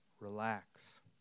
Relax